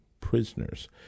prisoners